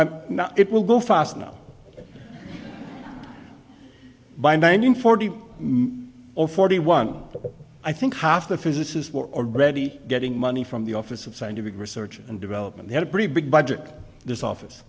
i'm not it will go fast no by nineteen forty or forty one i think half the physicists were already getting money from the office of scientific research and development had a pretty big budget this office